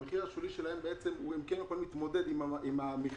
המחיר השולי שלהם הם יכולים להתמודד עם המכרז,